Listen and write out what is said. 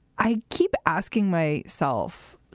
i keep asking my self,